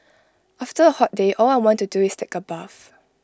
after A hot day all I want to do is take A bath